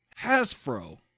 Hasbro